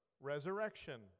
resurrection